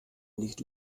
nicht